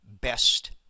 best